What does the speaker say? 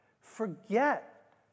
Forget